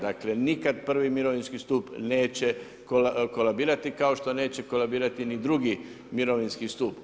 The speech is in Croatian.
Dakle, nikada prvi mirovinski stup neće kolabirati, kao što neće kolabirati ni drugi mirovinski stup.